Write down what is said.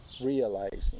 realizing